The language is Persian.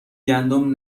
گندم